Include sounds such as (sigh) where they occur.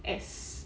(noise)